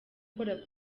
ukora